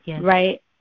right